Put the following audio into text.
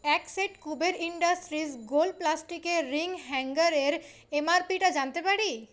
এক set Kuber industries গোল প্লাস্টিকের রিং হ্যাঙ্গারের এমআরপিটা জানতে পারি